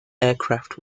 aircraft